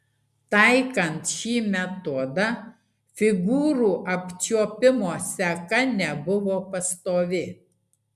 taikant šį metodą figūrų apčiuopimo seka nebuvo pastovi